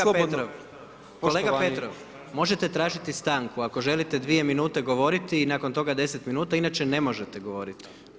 Kolega Petrov, kolega Petrov, možete tražiti stanku ako želite 2 minute govoriti i nakon toga 10 minuta, inače ne možete govoriti.